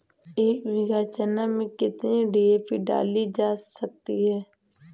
एक बीघा चना में कितनी डी.ए.पी डाली जा सकती है?